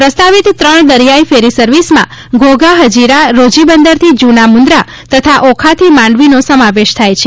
પ્રસ્તાવિત ત્રણ દરિયાઇ ફેરી સર્વિસમાં ઘોઘા હઝીરા રોઝી બંદરથી જુના મુંદ્રા તથા ઓખાથી માંડવીનો સમાવેશ થાય છે